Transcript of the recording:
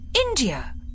India